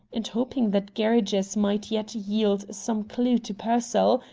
and, hoping that gerridge's might yet yield some clew to pearsall,